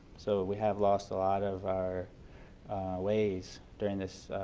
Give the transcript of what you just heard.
so we have lost a lot of our ways during this,